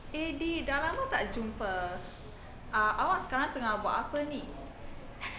eh D dah lama tak jumpa uh awak sekarang tengah buat apa ni